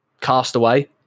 Castaway